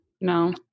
no